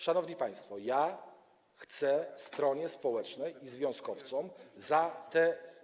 Szanowni państwo, chcę stronie społecznej i związkowcom za te.